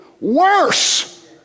worse